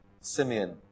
Simeon